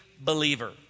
believer